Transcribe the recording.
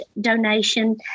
donation